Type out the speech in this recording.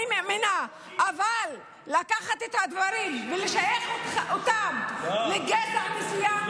אבל לקחת את הדברים ולשייך אותם לגזע מסוים,